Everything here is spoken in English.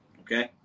Okay